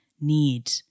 need